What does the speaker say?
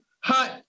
hot